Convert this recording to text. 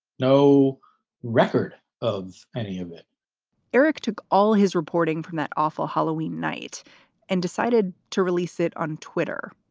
no record of any of it eric took all his reporting from that awful halloween night and decided to release it on twitter.